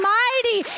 mighty